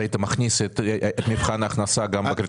היית מכניס לקריטריונים גם את מבחן ההכנסה?